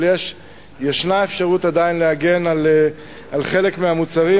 אבל עדיין ישנה אפשרות להגן על חלק מהמוצרים.